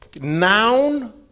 noun